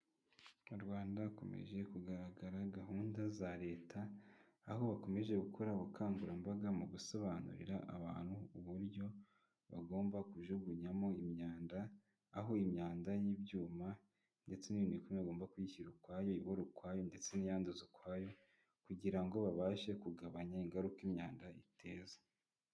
Mu Rwanda, hakomeje kugaragara gahunda za Leta aho bakomeje gukora ubukangurambaga mu gusobanurira abantu uburyo bagomba kujugunya imyanda. aho imyanda y'ibyuma ndetse n’ibindi bikoresho bagomba kuyishyira ukwabyo, ndetse n’iyanduza ukwayo, kugira ngo babashe kugabanya ingaruka imyanda iteza.